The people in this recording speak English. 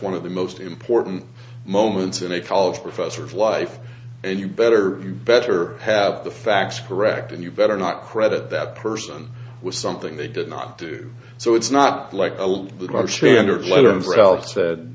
one of the most important moments in a college professor of life and you better you better have the facts correct and you better not credit that person with something they did not do so it's not like